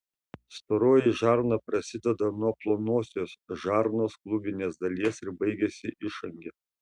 storoji žarna prasideda nuo plonosios žarnos klubinės dalies ir baigiasi išange